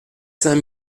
cinq